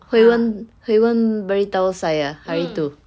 hui wen hui wen beritahu saya hari tu